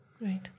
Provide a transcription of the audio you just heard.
Right